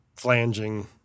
flanging